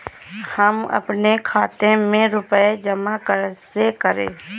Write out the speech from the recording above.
हम अपने खाते में रुपए जमा कैसे करें?